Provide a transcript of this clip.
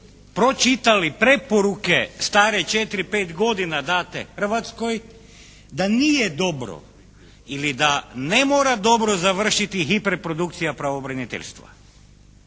pročitali preporuke stare 4, 5 godina date Hrvatskoj da nije dobro ili da nema dobro završiti hiperprodukcija pravobraniteljstva.